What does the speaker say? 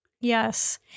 Yes